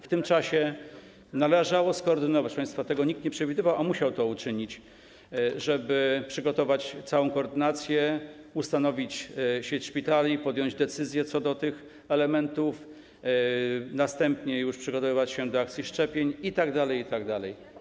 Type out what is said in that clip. W tym czasie należało skoordynować - proszę państwa, tego nikt nie przewidywał, a musiał to uczynić - przygotować całą koordynację, ustanowić sieć szpitali, podjąć decyzję co do tych elementów, następnie już przygotowywać się do akcji szczepień itd., itd.